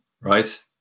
Right